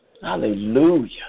Hallelujah